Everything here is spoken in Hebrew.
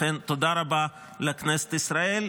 לכן, תודה רבה לכנסת ישראל.